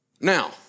Now